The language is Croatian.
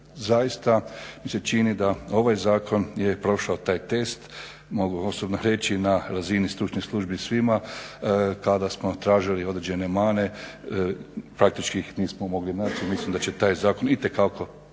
Zaista mi se čini da ovaj zakon je prošao taj test, mogu osobno reći na razini stručnih službi svima kada smo tražili određene mane praktički ih nismo mogli naći, mislim da će taj zakon itekako